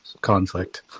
conflict